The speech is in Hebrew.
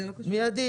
מיידית.